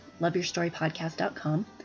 loveyourstorypodcast.com